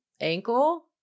ankle